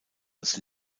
als